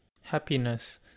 happiness